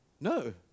No